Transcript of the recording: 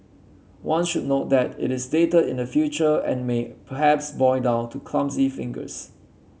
one should note that it is dated in the future and may perhaps boil down to clumsy fingers